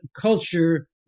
culture